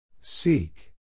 Seek